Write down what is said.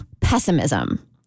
pessimism